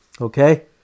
okay